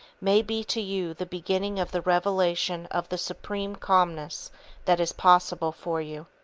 may be to you the beginning of the revelation of the supreme calmness that is possible for you.